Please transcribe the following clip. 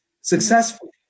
successfully